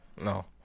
No